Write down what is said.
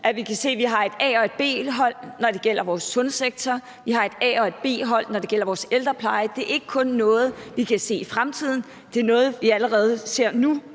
nu – kan se, at vi har et A- og et B-hold, når det gælder vores sundhedssektor, og at vi har et A- og et B-hold, når det gælder vores ældrepleje. Det er ikke kun noget, vi kan se i fremtiden. Det er noget, vi allerede ser nu